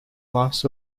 loss